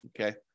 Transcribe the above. Okay